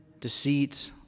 deceit